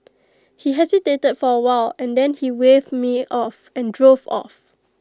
he hesitated for A while and then he waved me off and drove off